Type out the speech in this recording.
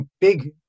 big